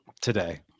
today